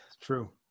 true